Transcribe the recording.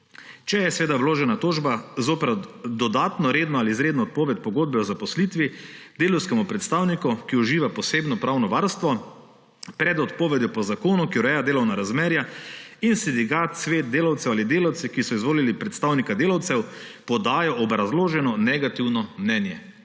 če je seveda vložena tožba zoper dodatno redno ali izredno odpoved pogodbe o zaposlitvi delavskemu predstavniku, ki uživa posebno pravno varstvo, pred odpovedjo po zakonu, ki ureja delovna razmerja, in sindikat, svet delavcev ali delavci, ki so izvolili predstavnika delavcev, podajo obrazloženo negativno mnenje.